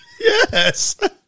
Yes